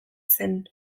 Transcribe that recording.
zen